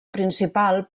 principal